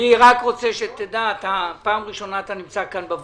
אני רק רוצה שתדע שאתה פעם ראשונה בוועדה.